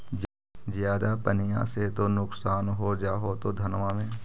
ज्यादा पनिया से तो नुक्सान हो जा होतो धनमा में?